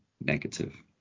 negative